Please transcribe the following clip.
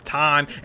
time